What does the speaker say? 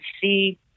see